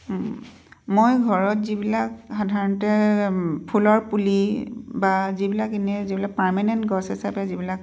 মই ঘৰত যিবিলাক সাধাৰণতে ফুলৰ পুলি বা যিবিলাক এনেই যিবিলাক পাৰ্মানেণ্ট গছ হিচাপে যিবিলাক